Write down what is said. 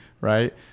right